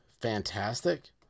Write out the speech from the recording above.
Fantastic